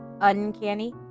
uncanny